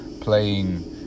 ...playing